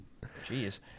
jeez